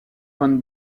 van